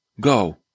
Go